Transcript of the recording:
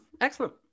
excellent